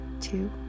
two